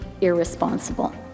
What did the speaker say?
irresponsible